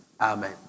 amen